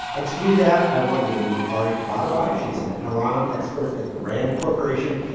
and to do that, i want you to meet ari tabatabai. she's an iran expert at the rand corporation,